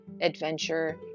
adventure